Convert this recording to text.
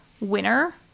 winner